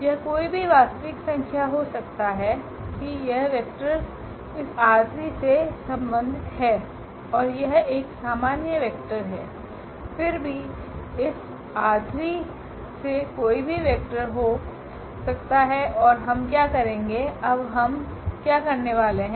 यह कोई भी वास्तविक संख्या हो सकता है कि यह वेक्टर इस ℝ3 से संबंधित है और यह एक सामान्य वेक्टर है फिर भी इस ℝ3 से कोई भी वेक्टर हो सकता है और हम क्या करेंगे अब हम क्या करने वाले हैं